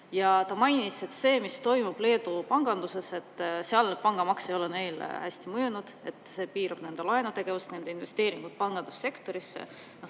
ta mainis, et see, mis toimub Leedu panganduses, seal pangamaks ei ole neile hästi mõjunud, see piirab nende laenutegevust, nende investeeringuid pangandussektorisse.